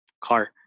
car